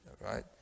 right